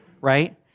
Right